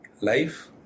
life